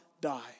die